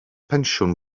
pensiwn